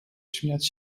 śmiać